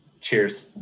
Cheers